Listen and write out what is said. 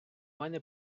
мене